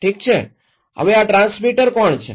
ઠીક છે હવે આ ટ્રાન્સમીટર કોણ છે